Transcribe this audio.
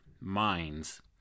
minds